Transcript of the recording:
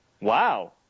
Wow